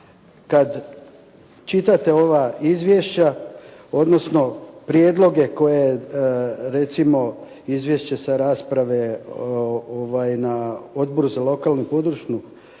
kad čitate ova izvješća, odnosno prijedloge koje recimo izvješće sa rasprave na Odboru za lokalnu i područnu